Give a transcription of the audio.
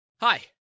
Hi